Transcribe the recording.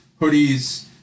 hoodies